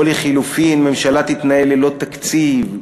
או שממשלה תתנהל ללא תקציב,